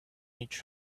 each